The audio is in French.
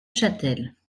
châtel